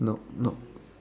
nope nope